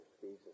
Jesus